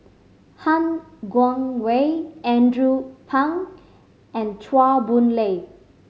Han Guangwei Andrew Phang and Chua Boon Lay